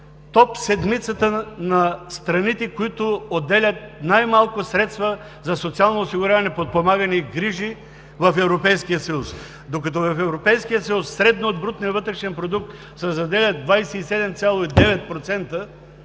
топ седмѝцата на страните, които отделят най-малко средства за социално осигуряване, подпомагане и грижи в Европейския съюз. Докато в Европейския съюз средно от брутния вътрешен продукт се заделят 27,9%,